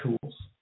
tools